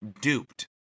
duped